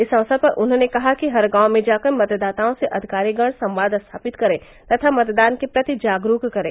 इस अवसर पर उन्होंने कहा कि हर गांव में जाकर मतदाताओं से अधिकारी गण संवाद स्थापित करें तथा मतदान के प्रति जागरूक करें